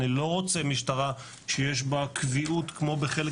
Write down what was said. אני לא רוצה משטרה שיש בה קביעות כמו בחלק